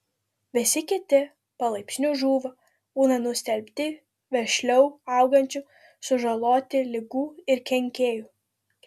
visi kiti palaipsniui žūva būna nustelbti vešliau augančių sužaloti ligų ir kenkėjų